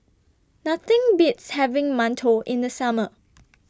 Nothing Beats having mantou in The Summer